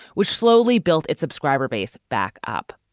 which slowly built its subscriber base back up.